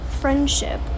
friendship